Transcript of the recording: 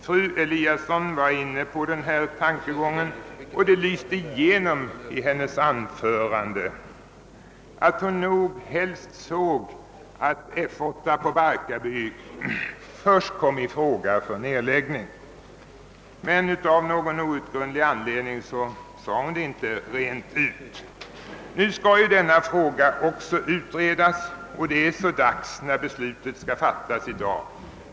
Fru Lewén-Eliasson var inne på denna tankegång, och det lyste igenom i hennes anförande att hon nog helst såg att F 8 på Barkarby först kom i fråga för en nedläggning. Av någon outgrundlig anledning sade hon emellertid inte detta rent ut. Nu skall denna fråga också utredas, men det är så dags när beslutet skall fattas i dag.